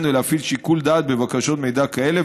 ולהפעיל שיקול דעת בבקשות מידע כאלה,